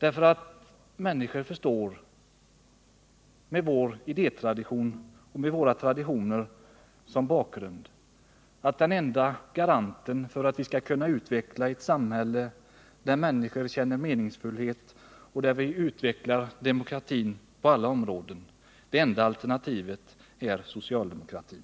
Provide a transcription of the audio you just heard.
Mot bakgrund av vår idétradition och våra andra traditioner kommer människor att förstå att den enda garantin för att vi skall kunna utveckla ett samhälle där människor känner meningsfullhet och där vi utvecklar demokrati på alla områden är socialdemokratin.